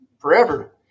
forever